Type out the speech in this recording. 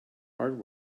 hard